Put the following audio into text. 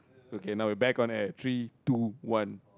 okay now we back on air three two one